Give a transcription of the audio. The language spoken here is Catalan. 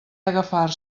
agafar